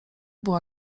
była